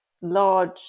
large